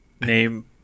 name